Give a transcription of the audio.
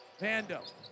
Vando